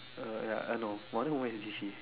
uh ya I know but I only know where is D_C